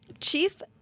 chief